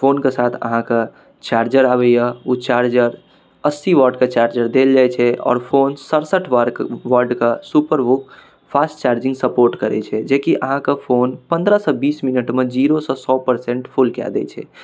फोनके साथ अहाँके चार्जर आबैए ओ चार्जर अस्सी वाटके चार्जर देल जाइ छै आओर फोन सड़सठि वाट वाटके super VOOC fast charging support करै छै जेकि अहाँके फोन पनरहसँ बीस मिनटमे जीरोसँ सओ परसेन्ट फुल कऽ दै छै